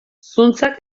zuntzak